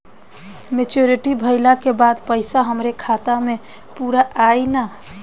Maturity भईला के बाद पईसा हमरे खाता म पूरा आई न?